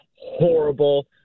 horrible